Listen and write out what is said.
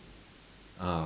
ah